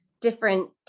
different